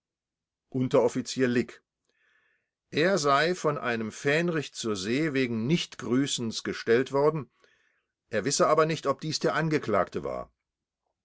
unteroffizier lick er sei von einem fähnrich z s wegen nichtgrüßens gestellt worden er wisse aber nicht ob dies der angeklagte war